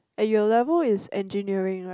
at your level is engineering right